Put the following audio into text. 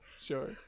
sure